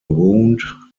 wound